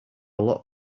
lot